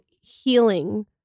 healing